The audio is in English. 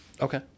Okay